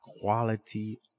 quality